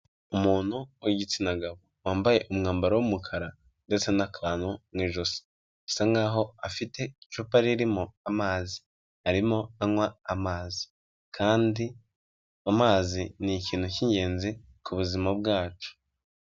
Umuntu w'igitsina gabo wambaye umwambaro w’umukara ndetse n'akantu mu ijosi bisa nkaho afite icupa ririmo amazi arimo anywa amazi kandi amazi ni ikintu cy’ingenzi kubuzima bwacu.